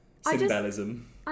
Symbolism